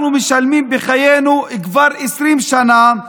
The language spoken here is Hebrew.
אנחנו משלמים בחיינו כבר 20 שנה,